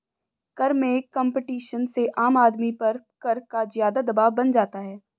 कर में कम्पटीशन से आम आदमी पर कर का ज़्यादा दवाब बन जाता है